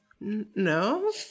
No